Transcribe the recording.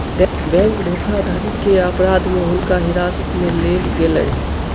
bank धोखाधड़ी के अपराध में हुनका हिरासत में लेल गेलैन